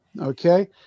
okay